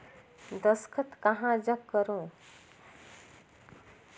दस्खत कहा जग करो?